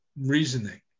reasoning